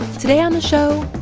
today on the show,